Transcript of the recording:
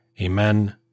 Amen